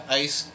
ice